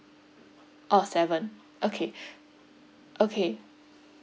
orh seven okay okay